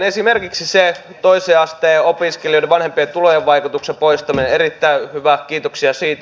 esimerkiksi se toisen asteen opiskelijoiden vanhempien tulojen vaikutuksen poistaminen erittäin hyvä kiitoksia siitä